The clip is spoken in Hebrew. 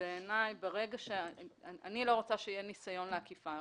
אני לא רוצה שיהיה ניסיון לעקיפה.